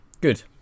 Good